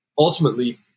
Ultimately